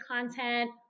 content